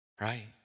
right